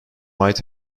might